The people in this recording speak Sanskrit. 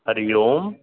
हरिः ओं